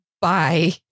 Bye